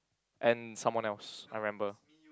and someone else I rambler